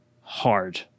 hard